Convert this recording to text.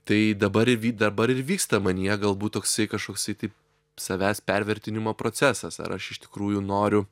tai dabar ir vy dabar ir vyksta manyje galbūt toksai kažkoksai tai savęs pervertinimo procesas ar aš iš tikrųjų noriu